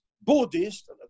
Buddhist